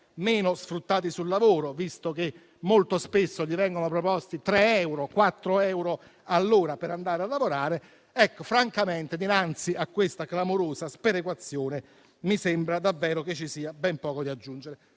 fossero sfruttati sul lavoro, visto che molto spesso vengono loro proposti 3 o 4 euro all'ora per andare a lavorare. Ecco, francamente, dinanzi a questa clamorosa sperequazione, mi sembra davvero che ci sia ben poco da aggiungere.